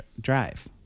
drive